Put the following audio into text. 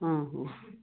ହଁ ହଁ